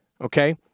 okay